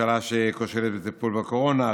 ממשלה שכושלת בטיפול בקורונה,